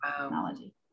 technology